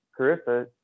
Carissa